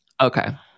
Okay